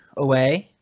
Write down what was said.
away